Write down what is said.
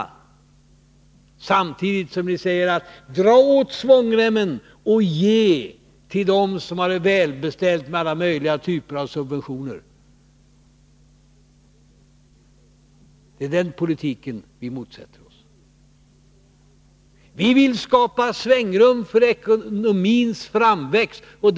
Samtidigt som ni säger att man måste dra åt svångremmen vill ni ge till dem som är välbeställda och har alla typer av subventioner. Det är denna politik som vi motsätter oss. Vi vill skapa svängrum för ekonomins utveckling.